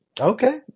okay